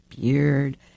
beard